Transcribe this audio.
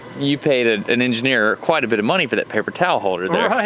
you paid an engineer quite a bit of money for that paper towel holder there. well,